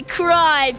cry